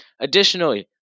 Additionally